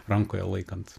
rankoje laikant